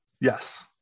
Yes